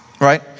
Right